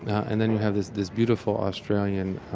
and then you have this this beautiful australian